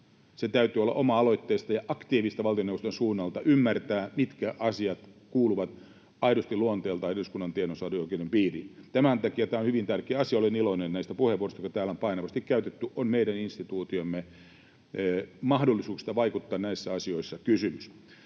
Täytyy olla oma-aloitteista ja aktiivista valtioneuvoston suunnalta ymmärtää, mitkä asiat kuuluvat aidosti luonteeltaan eduskunnan tiedonsaantioikeuden piiriin. Tämän takia tämä on hyvin tärkeä asia. Olen iloinen näistä puheenvuoroista, joita täällä on painavasti käytetty. On kysymys meidän instituu-tiomme mahdollisuuksista vaikuttaa näissä asioissa.